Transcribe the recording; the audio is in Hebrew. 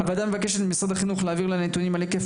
הוועדה מבקשת ממשרד החינוך להעביר לה נתונים על היקף